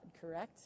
correct